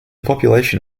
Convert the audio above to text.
population